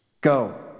go